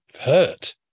hurt